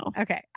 Okay